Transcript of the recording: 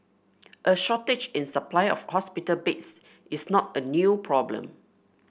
a shortage in supply of hospital beds is not a new problem